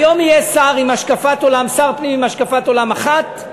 היום יהיה שר פנים עם השקפת עולם אחת,